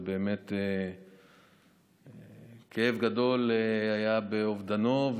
ובאמת כאב גדול היה באובדנו.